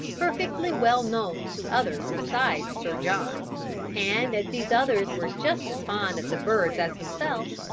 perfectly well known to others besides sir john and as these others were just as fond of the birds as himself,